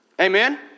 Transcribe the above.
Amen